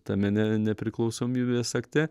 tame ne nepriklausomybės akte